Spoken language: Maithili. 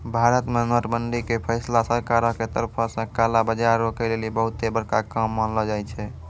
भारत मे नोट बंदी के फैसला सरकारो के तरफो से काला बजार रोकै लेली बहुते बड़का काम मानलो जाय छै